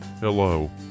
Hello